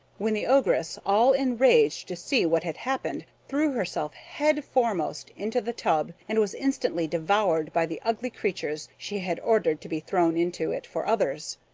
when the ogress, all enraged to see what had happened, threw herself head foremost into the tub, and was instantly devoured by the ugly creatures she had ordered to be thrown into it for others.